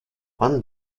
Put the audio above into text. one